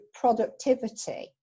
productivity